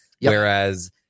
Whereas